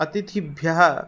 अतिथिभ्यः